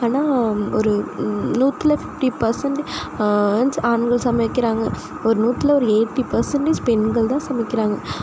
ஆனால் ஒரு நூற்றுல ஃபிஃப்டி பெர்சென்டு ஆண் ஆண்கள் சமைக்கிறாங்க ஒரு நூற்றுல ஒரு எயிட்டி பெர்சன்டேஜ் பெண்கள் தான் சமைக்கிறாங்க